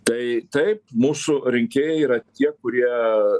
tai taip mūsų rinkėjai yra tie kurie